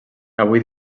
avui